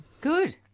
Good